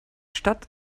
stadt